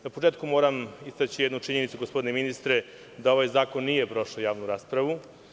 Na početku moram istaći jednu činjenicu, gospodine ministre, da ovaj zakon nije prošao javnu raspravu.